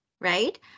right